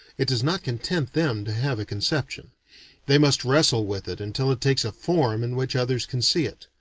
it does not content them to have a conception they must wrestle with it until it takes a form in which others can see it.